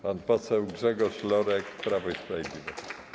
Pan poseł Grzegorz Lorek, Prawo i Sprawiedliwość.